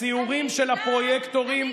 בסיורים של הפרויקטורים,